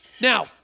Now